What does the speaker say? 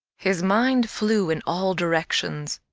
his mind flew in all directions.